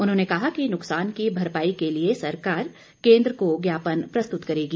उन्होंने कहा कि न्कसान की भरपाई के लिए सरकार केंद्र को ज्ञापन प्रस्त्रत करेगी